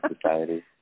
society